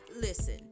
listen